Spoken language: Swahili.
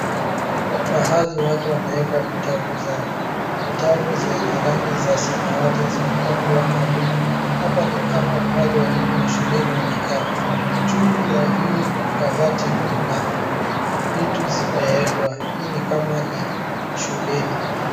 Pahali watu wanaeka vitabu zao. Vitabu zenye za rangi ya samawati zimepangwa hapo. Hapa ni kama pahali walimu wa shuleni wanakaa. Juu ya hii kabati kuna vitu zimeekwa. Hii ni kama ni shuleni.